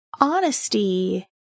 Honesty